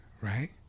Right